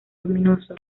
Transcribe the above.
luminoso